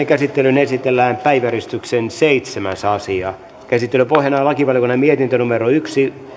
käsittelyyn esitellään päiväjärjestyksen seitsemäs asia käsittelyn pohjana on lakivaliokunnan mietintö yksi